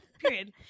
period